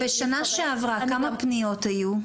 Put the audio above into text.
בשנה שעברה, כמה פניות היו?